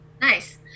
Nice